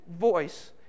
voice